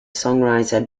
songwriter